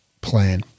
plan